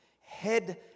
head